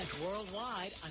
worldwide